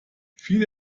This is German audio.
viele